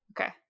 Okay